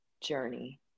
journey